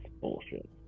bullshit